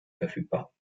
verfügbar